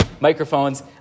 microphones